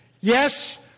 Yes